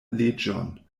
leĝon